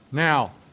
Now